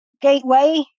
gateway